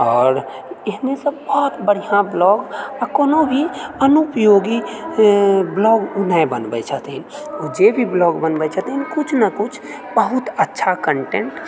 आओर एहने सभ बहुत बढ़िआँ ब्लॉग आ कोनो भी अनुपयोगी ब्लॉग ओ नहि बनबै छथिन ओ जे भी ब्लॉग बनबै छथिन किछु ने किछु बहुत अच्छा कन्टेन्ट